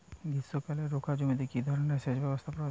গ্রীষ্মকালে রুখা জমিতে কি ধরনের সেচ ব্যবস্থা প্রয়োজন?